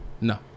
No